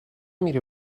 میری